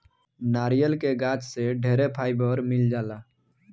नारियल के गाछ से ढेरे फाइबर मिल जाला